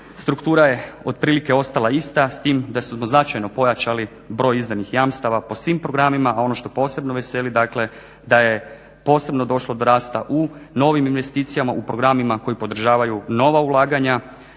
struktura je otprilike ostala ista, s tim da su značajno pojačali broj izdanih jamstava po svim programima, a ono što posebno veseli dakle da je posebno došlo do rasta u novim investicijama u programima koji podržavaju nova ulaganja